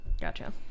Gotcha